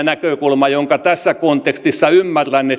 näkökulma jolla tässä kontekstissa ymmärrän